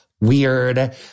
weird